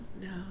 No